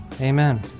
Amen